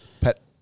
pet